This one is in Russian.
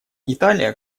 италия